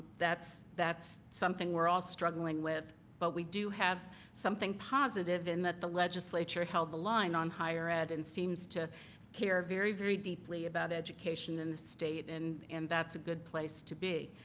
that's that's something we're all struggling with, but we do have something positive in that the legislature held the line on higher ed and seems to care very, very deeply about education in the state and and that's a good place to be